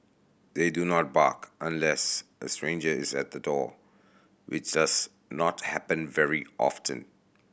they do not bark unless a stranger is at the door which does not happen very often